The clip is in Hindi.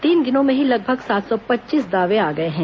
तीन दिनों में ही लगभग सात सौ पच्चीस दावें आ गए हैं